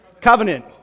Covenant